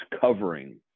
covering